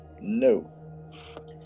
no